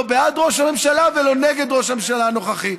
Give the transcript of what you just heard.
לא בעד ראש הממשלה ולא נגד ראש הממשלה הנוכחי.